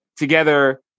together